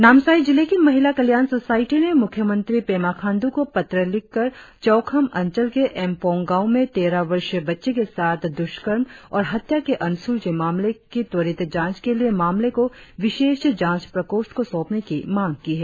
नामसाई जिले की महिला कल्याण सोसायटी ने मुख्यमंत्री पेमा खांडू को पत्र लिखकर चौखाम अंचल के एमपोंग गांव में तेरह वर्षीय बच्ची के साथ दुष्कर्म और हत्या के अनसुलझे मामले की त्वरित जांच के लिए मामले को विशेष जांच प्रकोष्ठ को सौंपने की मांग की है